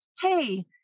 Hey